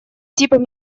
типом